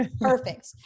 perfect